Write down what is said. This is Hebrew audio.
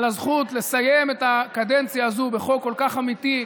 על הזכות לסיים את הקדנציה הזו בחוק כל כך אמיתי,